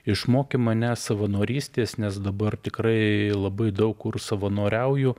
išmokė mane savanorystės nes dabar tikrai labai daug kur savanoriauju